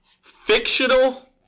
fictional